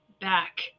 back